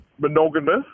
monogamous